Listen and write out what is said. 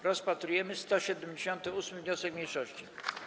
Rozpatrujemy 178. wniosek mniejszości.